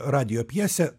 radijo pjesę